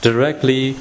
Directly